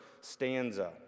stanza